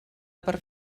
per